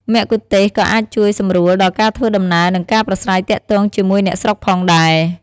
មគ្គុទ្ទេសក៍ក៏អាចជួយសម្រួលដល់ការធ្វើដំណើរ និងការប្រាស្រ័យទាក់ទងជាមួយអ្នកស្រុកផងដែរ។